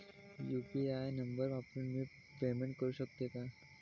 UPI number वापरून मी payment करू शकते का?